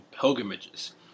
pilgrimages